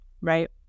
Right